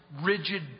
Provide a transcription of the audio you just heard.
rigid